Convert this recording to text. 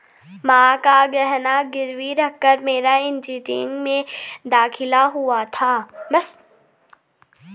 मां का गहना गिरवी रखकर मेरा इंजीनियरिंग में दाखिला हुआ था